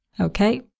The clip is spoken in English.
Okay